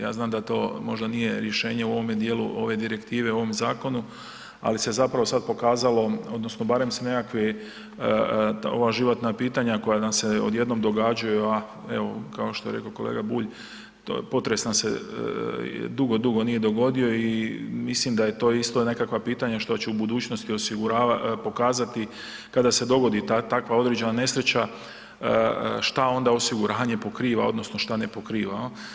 Ja znam da to možda nije rješenje u ovome dijelu, ove direktive, ovom zakonu, ali se zapravo sad pokazalo, odnosno barem se nekakvi, ova životna pitanja koja nam se odjednom događaju, a evo, kao što je rekao, kolega Bulj, to je, potres nam se dugo, dugo nije dogodio i mislim da je to isto nekakva pitanja što će u budućnosti pokazati kada se dogodi takva određena nesreća što onda osiguranje pokriva, odnosno što ne pokriva.